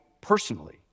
personally